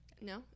no